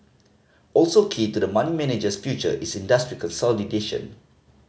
also key to the money manager's future is industry consolidation